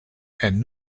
and